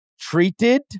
treated